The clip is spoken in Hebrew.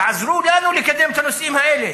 תעזרו לנו לקדם את הנושאים האלה.